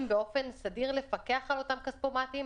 באופן סדיר לפקח על אותם כספומטים?